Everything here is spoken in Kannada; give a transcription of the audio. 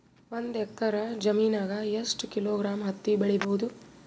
ಒಂದ್ ಎಕ್ಕರ ಜಮೀನಗ ಎಷ್ಟು ಕಿಲೋಗ್ರಾಂ ಹತ್ತಿ ಬೆಳಿ ಬಹುದು?